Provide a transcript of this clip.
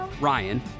Ryan